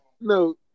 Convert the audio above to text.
No